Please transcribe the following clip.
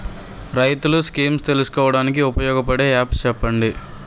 రైతులు స్కీమ్స్ తెలుసుకోవడానికి ఉపయోగపడే యాప్స్ చెప్పండి?